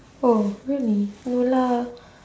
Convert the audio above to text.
oh really no lah